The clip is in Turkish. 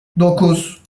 dokuz